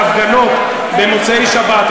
ההפגנות במוצאי שבת,